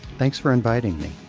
thanks for inviting me